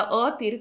earth